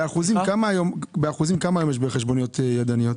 באחוזים, כמה יש היום חשבוניות ידניות?